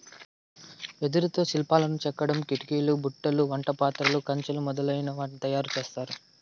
వెదురుతో శిల్పాలను చెక్కడం, కిటికీలు, బుట్టలు, వంట పాత్రలు, కంచెలు మొదలనవి తయారు చేత్తారు